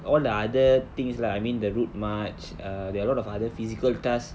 all the other things lah I mean the route march err there are a lot of other physical task